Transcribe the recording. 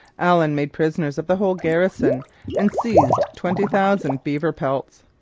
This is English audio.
allen made prisoners of the whole garrison and seized twenty thousand beaver pelts.